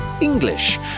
English